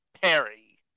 Perry